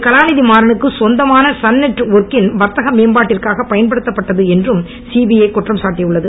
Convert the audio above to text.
கலாநிதி மாறனுக்கு சொந்தமான சன்நெட் ஒர்க்கின் வர்த்தக மேம்பாட்டிற்காக பயன்படுத்தப்பட்டது என்றும் சிபிஐ குற்றம் சாட்டியுள்ளது